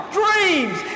dreams